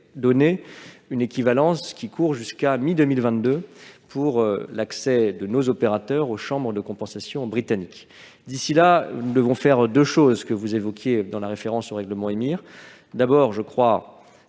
donné une équivalence courant jusqu'à la mi-2022, permettant l'accès de nos opérateurs aux chambres de compensation britanniques. D'ici là, nous devons faire deux choses que vous évoquiez dans votre référence au règlement EMIR, monsieur